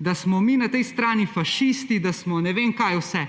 da smo mi na tej strani fašisti, da smo ne vem, kaj vse,